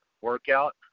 workout